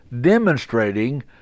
demonstrating